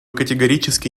категорически